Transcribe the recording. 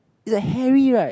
like Harry [right]